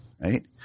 right